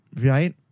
right